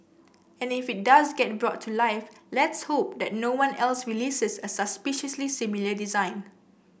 and if it does get brought to life let's hope that no one else releases a suspiciously similar design